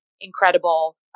incredible